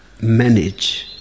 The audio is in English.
manage